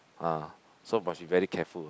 ah so must be very careful